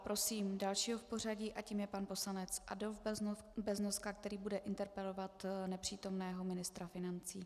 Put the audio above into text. Prosím dalšího v pořadí a tím je pan poslanec Adolf Beznoska, který bude interpelovat nepřítomného ministra financí.